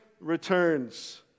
returns